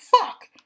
Fuck